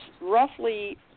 roughly